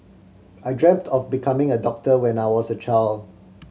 I dreamt of becoming a doctor when I was a child